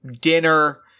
dinner